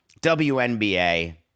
WNBA